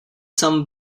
some